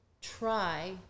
try